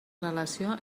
relació